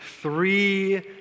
three